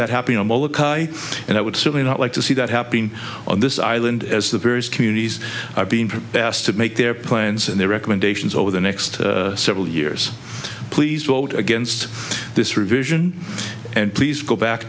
that happen and i would certainly not like to see that happening on this island as the various communities are being asked to make their plans and their recommendations over the next several years please vote against this revision and please go back